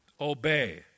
Obey